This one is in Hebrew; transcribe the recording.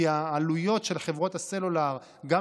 כי העלויות של חברות הסלולר במדינת ישראל,